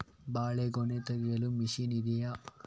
ಬಾಳೆಗೊನೆ ತೆಗೆಯಲು ಮಷೀನ್ ಇದೆಯಾ?